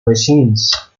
machines